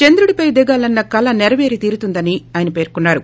చంద్రుడిపై దిగాలన్న కల సెరపేరి తీరుతుంధి అని పేర్కన్నారు